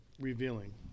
revealing